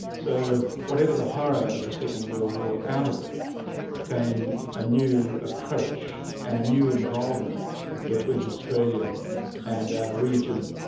so whatever the horror of the second world war, out of it came a new approach and a new involvement between australia and our region,